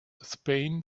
spain